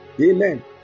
Amen